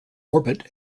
orbit